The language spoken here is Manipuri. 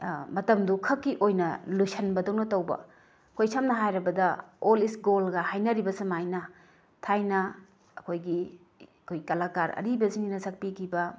ꯃꯇꯝꯗꯨ ꯈꯛꯀꯤ ꯑꯣꯏꯅ ꯂꯣꯏꯁꯤꯟꯕꯗꯧꯅ ꯇꯧꯕ ꯑꯩꯈꯣꯏ ꯁꯝꯅ ꯍꯥꯏꯔꯕꯗ ꯑꯣꯜ ꯏꯁ ꯒꯣꯜꯒ ꯍꯥꯏꯅꯔꯤꯕ ꯁꯨꯃꯥꯏꯅ ꯊꯥꯏꯅ ꯑꯩꯈꯣꯏꯒꯤ ꯑꯩꯈꯣꯏ ꯀꯂꯥꯀꯥꯔ ꯑꯔꯤꯕꯁꯤꯡꯅ ꯁꯛꯄꯤꯈꯤꯕ